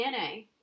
DNA